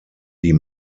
die